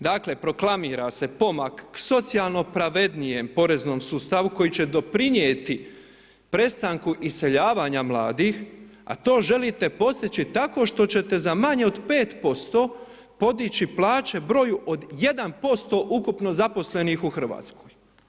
Dakle, proklamira se pomak k socijalno pravednijem poreznom sustavu koji će doprinjeti prestanku iseljavanja mladih, a to želite postići tako što će te za manje od 5% podići plaće broju od 1% ukupno zaposlenih u Hrvatskoj.